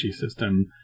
system